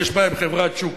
לי יש בעיה עם חברת שוק,